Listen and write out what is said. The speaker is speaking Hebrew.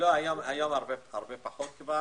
היום יש הרבה פחות.